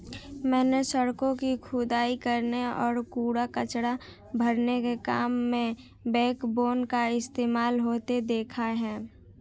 मैंने सड़कों की खुदाई करने और कूड़ा कचरा भरने के काम में बैकबोन का इस्तेमाल होते देखा है